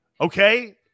okay